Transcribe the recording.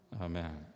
Amen